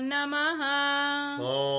Namaha